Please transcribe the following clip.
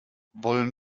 wollen